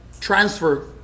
transfer